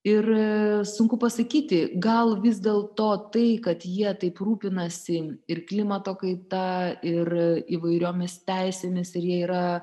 ir sunku pasakyti gal vis dėlto tai kad jie taip rūpinasi ir klimato kaita ir įvairiomis teisėmis ir jie yra